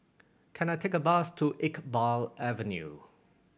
can I take a bus to Iqbal Avenue